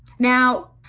now,